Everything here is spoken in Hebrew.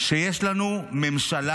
שיש לנו ממשלה,